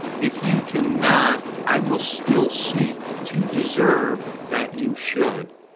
if you cannot, i will still seek to deserve that you should.